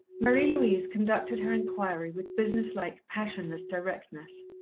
marie-louise conducted her inquiry with business-like, passionless directness.